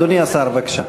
אדוני השר, בבקשה.